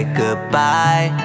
goodbye